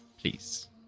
please